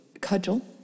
cudgel